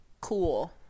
Cool